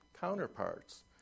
counterparts